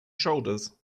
shoulders